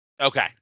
Okay